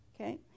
Okay